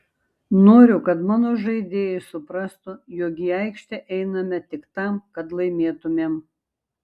noriu kad mano žaidėjai suprastų jog į aikštę einame tik tam kad laimėtumėm